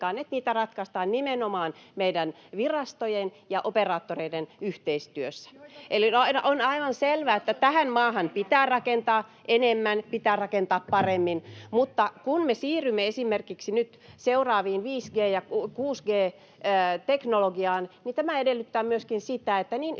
kuitenkaan, ratkaistaan nimenomaan meidän virastojen ja operaattoreiden yhteistyössä. [Anne Kalmari: Joita te johdatte!] Eli aina on aivan selvä, että tähän maahan pitää rakentaa enemmän, pitää rakentaa paremmin. Mutta kun me siirrymme esimerkiksi nyt seuraaviin teknologioihin, 5G- ja 6G-teknologiaan, niin tämä edellyttää myöskin sitä, että niin yritykset